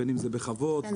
בין אם זה בחוות --- כן,